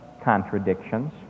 Contradictions